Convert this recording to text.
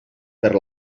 per